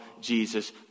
Jesus